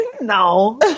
No